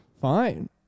fine